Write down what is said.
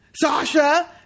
Sasha